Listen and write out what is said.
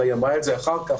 אלא אמרה אחר כך,